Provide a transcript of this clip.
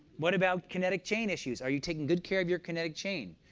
but about kinetic chain issues? are you taking good care of your kinetic chain?